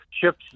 Ships